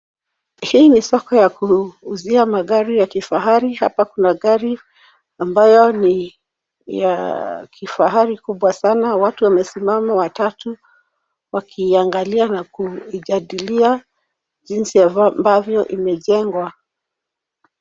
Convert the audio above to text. Hii ni soko ya kuuzia magari ya kifahari. Hapa kuna gari ambayo ni ya kifahari kubwa sana. Watu wamesimama watatu wakiangalia na kujadilia jinsi ambavyo imejengwa.